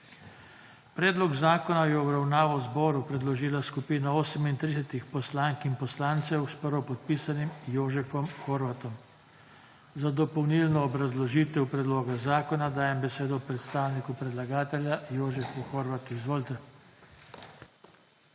Predlog zakona je v obravnavo zboru predložila skupina 38 poslank in poslancev, s prvo podpisanim Jožefom Horvatom. Za dopolnilno obrazložitev predloga zakona dajem besedo predstavniku predlagatelja, Jožefu Horvatu. Izvolite.